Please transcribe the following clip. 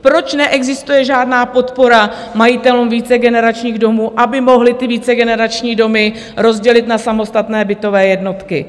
Proč neexistuje žádná podpora majitelům vícegeneračních domů, aby mohli vícegenerační domy rozdělit na samostatné bytové jednotky?